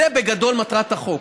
זו, בגדול, מטרת החוק.